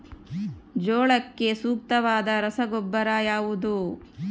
ಜೋಳಕ್ಕೆ ಸೂಕ್ತವಾದ ರಸಗೊಬ್ಬರ ಯಾವುದು?